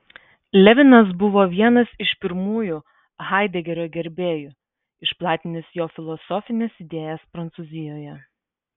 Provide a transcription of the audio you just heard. levinas buvo vienas iš pirmųjų haidegerio gerbėjų išplatinęs jo filosofines idėjas prancūzijoje